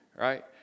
right